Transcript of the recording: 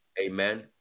Amen